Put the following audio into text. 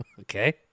Okay